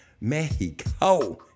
Mexico